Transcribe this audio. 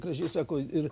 gražiai sako ir